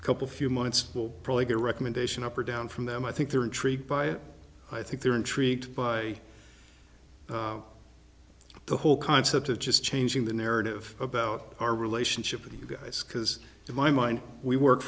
couple few months we'll probably get a recommendation up or down from them i think they're intrigued by it i think they're intrigued by the whole concept of just changing the narrative about our relationship with you guys because in my mind we work